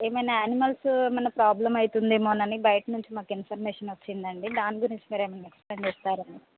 ఏమైనా ఆనిమల్స్ ఏమైనా ప్రాబ్లమ్ అవుతుందేమోనని బయట నుంచి మాకు ఇన్ఫర్మేషన్ వచ్చిందండి దాని గురించి మీరేమైనా ఎక్స్ప్లేయిన్ ఇస్తారని